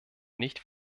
nicht